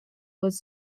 was